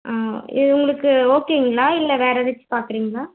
ஆ இது உங்களுக்கு ஓகேங்களா இல்லை வேறு எதாச்சும் பார்க்குறீங்களா